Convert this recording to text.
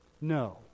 No